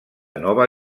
nova